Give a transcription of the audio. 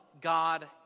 God